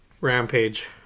Rampage